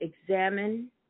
Examine